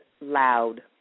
loud